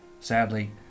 sadly